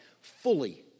fully